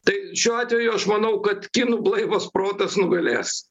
tai šiuo atveju aš manau kad kinų blaivas protas nugalės